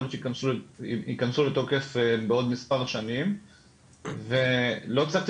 יכול להיות שיכנסו לתוקף בעוד מספר שנים ולא הצלחתי